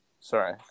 Sorry